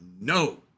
no